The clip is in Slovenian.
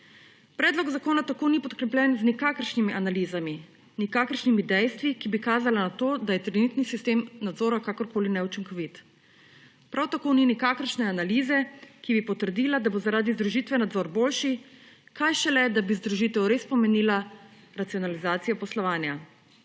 Predlog zakona tako ni podkrepljen z nikakršnimi analizami, nikakršnimi dejstvi, ki bi kazala na to, da je trenutni sistem nadzora kakorkoli neučinkovit. Prav tako ni nikakršne analize, ki bi potrdila, da bo zaradi združitve nadzor boljši, kaj šele, da bi združitev res pomenila racionalizacijo poslovanja.